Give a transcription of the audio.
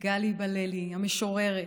גלי בללי, המשוררת,